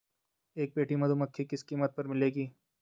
एक पेटी मधुमक्खी किस कीमत पर मिलेगी?